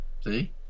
see